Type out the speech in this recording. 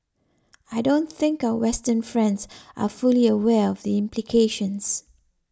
I don't think our Western friends are fully aware of the implications